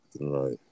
Right